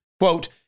Quote